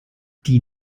die